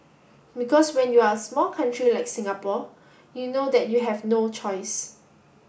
because when you are a small country like Singapore you know that you have no choice